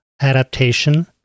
adaptation